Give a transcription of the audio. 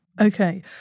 Okay